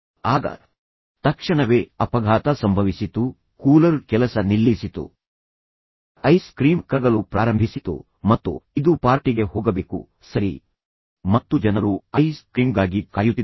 ಆಗ ತಕ್ಷಣವೇ ಅಪಘಾತ ಸಂಭವಿಸಿತು ಮತ್ತು ಒಳಗಿನ ಕೂಲರ್ ಕೆಲಸ ಮಾಡುವುದನ್ನು ನಿಲ್ಲಿಸಿತು ಐಸ್ ಕ್ರೀಮ್ ಕರಗಲು ಪ್ರಾರಂಭಿಸಿತು ಮತ್ತು ಇದು ಪಾರ್ಟಿಗೆ ಹೋಗಬೇಕು ಸರಿ ಮತ್ತು ಜನರು ಐಸ್ ಕ್ರೀಂಗಾಗಿ ಕಾಯುತ್ತಿದ್ದಾರೆ